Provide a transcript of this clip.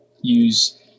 use